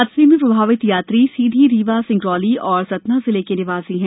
हादसे में प्रभावित यात्री सीधीए रीवाए सिंगरौली व सतना जिले के निवासी हैं